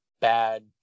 bad